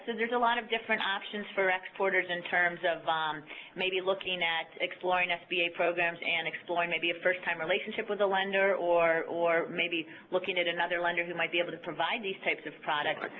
there's a lot of different options for exporters in terms of um maybe looking at exploring sba programs and exploring maybe a first-time relationship with a lender or or maybe looking at another lender who might be able to provide these types of products.